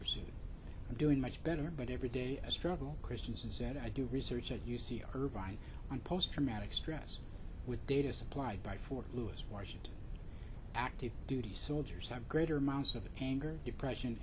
and doing much better but every day a struggle christians is that i do research at u c irvine on post traumatic stress with data supplied by fort lewis washington active duty soldiers have greater amounts of anger depression